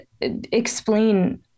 explain